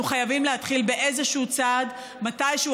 אנחנו חייבים להתחיל באיזשהו צעד מתישהו,